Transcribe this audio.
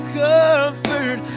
comfort